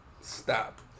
Stop